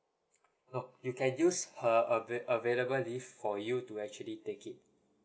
no you can use her ava~ available leave for you to actually take it